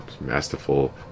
masterful